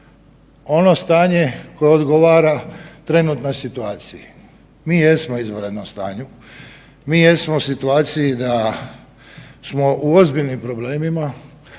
ono stanje koje odgovara trenutnoj situaciji. Mi jesmo u izvanrednom stanju, mi jesmo u situaciji da smo u ozbiljnim problemima,